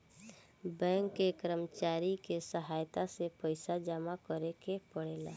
bank के कर्मचारी के सहायता से पइसा जामा करेके पड़ेला